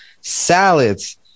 salads